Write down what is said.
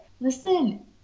listen